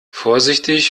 vorsichtig